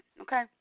okay